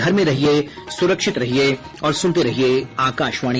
घर में रहिये सुरक्षित रहिये और सुनते रहिये आकाशवाणी